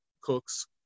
cooks